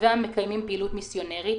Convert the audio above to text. מתנדביה מקיימים פעילות מיסיונרית,